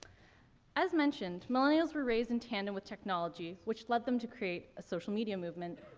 as mentioned, millennials were raised in tandem with technology, which led them to create a social media movement.